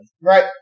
Right